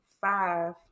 five